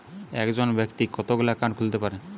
একজন ব্যাক্তি কতগুলো অ্যাকাউন্ট খুলতে পারে?